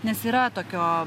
nes yra tokio